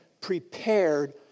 prepared